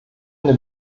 eine